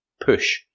PUSH